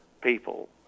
people